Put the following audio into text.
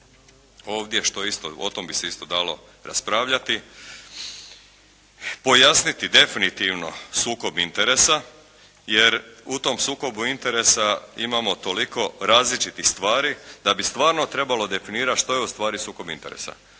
isto, o tom bi se isto dalo raspravljati, pojasniti definitivno sukob interesa jer u tom sukobu interesa imamo toliko različitih stvari da bi stvarno trebalo definirati što je ustvari sukob interesa.